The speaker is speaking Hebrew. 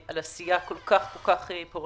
אבל מעשיה לא מעידים על כך שהיא מוקירה,